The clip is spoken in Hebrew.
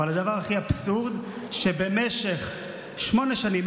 אבל הדבר הכי אבסורדי הוא שבמשך שמונה שנים,